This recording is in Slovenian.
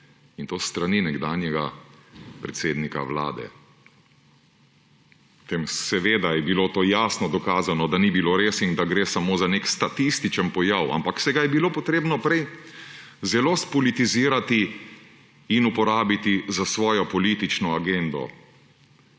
in to s strani nekdanjega predsednika Vlade. Potem je bilo to jasno dokazano, da ni bilo res in da gre samo za nek statističen pojav, ampak ga je bilo treba prej zelo spolitizirati in uporabiti za svojo politično agendo.